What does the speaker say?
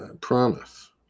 promise